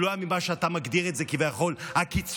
הוא לא היה ממה שאתה מגדיר כביכול קיצוניים.